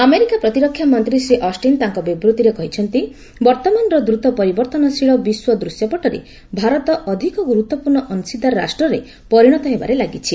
America ପ୍ରତିରକ୍ଷା ମନ୍ତ୍ରୀ Shri Austin ତାଙ୍କ ବିବୃତ୍ତିରେ କହିଛନ୍ତି ବର୍ତ୍ତମାନର ଦ୍ରୁତ ପରିବର୍ତ୍ତନଶୀଳ ବିଶ୍ୱ ଦୃଶ୍ୟପଟରେ ଭାରତ ଅଧିକ ଗୁରୁତ୍ୱପୂର୍ଣ୍ଣ ଅଶୀଦାର ରାଷ୍ଟ୍ରରେ ପରିଣତ ହେବାରେ ଲାଗିଛି